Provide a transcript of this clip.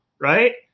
Right